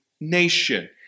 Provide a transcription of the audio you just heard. nation